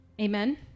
amen